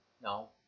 No